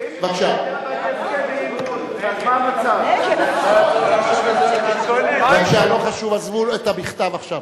בבקשה, לא חשוב, עזבו את הבכתב עכשיו.